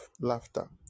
laughter